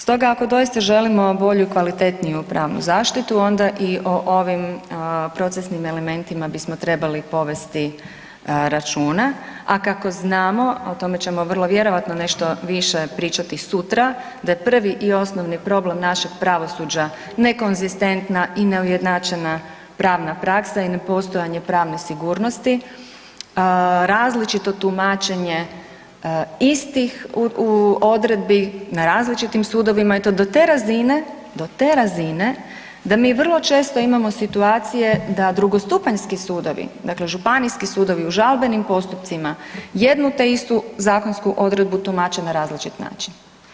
Stoga ako doista želimo bolju i kvalitetniju pravnu zaštitu, onda i o ovim procesnim elementima bismo trebali povesti računa, a kako znamo, a o tome ćemo vrlo vjerojatno nešto više pričati sutra, da je prvi i osnovni problem našeg pravosuđa nekonzistentna i neujednačena pravna praksa i nepostojanje pravne sigurnosti, različito tumačenje istih odredbi na različitim sudovima i do te razine, do te razine da mi vrlo često imamo situacije da drugostupanjski sudovi, dakle županijski sudovi u žalbenim postupcima jednu te istu zakonsku odredbu tumače na različit način.